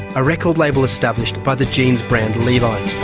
a record label established by the jeans brand, levis.